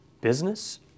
business